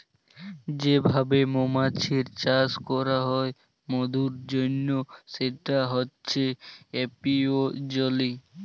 যে ভাবে মমাছির চাষ ক্যরা হ্যয় মধুর জনহ সেটা হচ্যে এপিওলজি